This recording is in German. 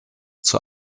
zur